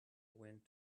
went